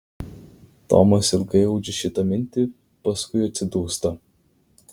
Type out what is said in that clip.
tomas ilgai audžia šitą mintį paskui atsidūsta